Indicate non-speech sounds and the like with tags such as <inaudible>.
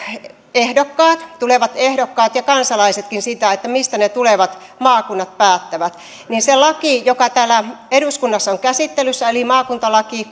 tulevat ehdokkaat ja kansalaisetkin mistä ne tulevat maakunnat päättävät se laki joka täällä eduskunnassa on käsittelyssä eli maakuntalaki <unintelligible>